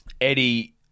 Eddie